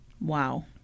Wow